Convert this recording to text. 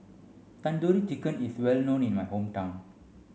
Tandoori Chicken is well known in my hometown